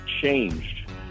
changed